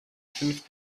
fünf